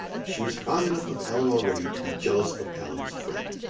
she was fond enough of allan already to be jealous of allan's friend.